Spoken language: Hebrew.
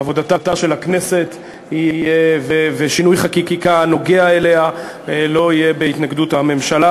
עבודתה של הכנסת ושינוי חקיקה הנוגע אליה לא יהיו בהתנגדות הממשלה,